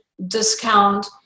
discount